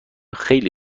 خیلی